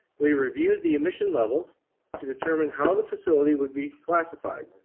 we reviewed the emission levels to determine how the facility would be classified.